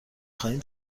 خواهیم